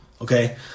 okay